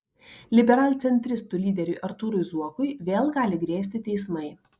liberalcentristų lyderiui artūrui zuokui vėl gali grėsti teismai